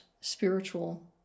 spiritual